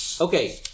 Okay